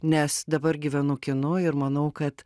nes dabar gyvenu kinu ir manau kad